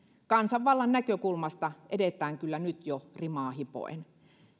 kansanvallan näkökulmasta edetään kyllä nyt jo rimaa hipoen